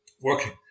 working